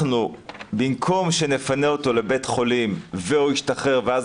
במקום שנפנה אותו לבית החולים והוא ישתחרר ואז